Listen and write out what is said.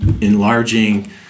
enlarging